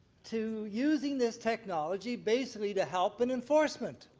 to using this technology basically to help in enforcement.